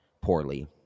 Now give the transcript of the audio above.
poorly